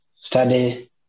study